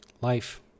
Life